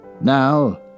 Now